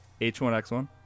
H1X1